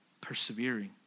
persevering